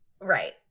Right